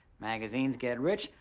magazines get rich,